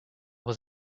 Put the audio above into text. was